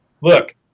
look